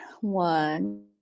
one